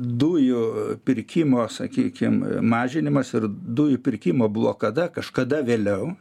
dujų pirkimo sakykim mažinimas ir dujų pirkimo blokada kažkada vėliau